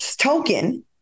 token